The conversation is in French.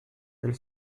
elle